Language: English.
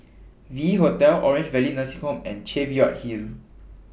V Hotel Orange Valley Nursing Home and Cheviot Hill